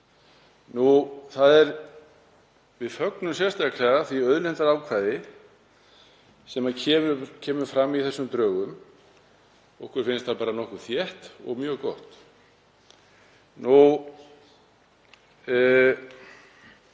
áfram. Við fögnum sérstaklega því auðlindaákvæði sem kemur fram í þessum drögum, okkur finnst það nokkuð þétt og mjög gott. Nú